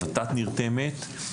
ות"ת נרתמת,